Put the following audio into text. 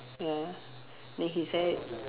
ya then his hair